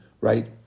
right